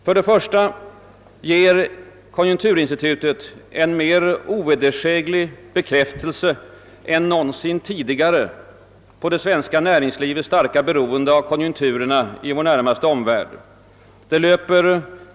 För det första ger konijunkturinstitutet en mer ovedersäglig bekräftelse än någonsin tidigare på det svenska näringslivets starka beroende av konjunk turerna i vår närmaste omvärld.